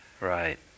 Right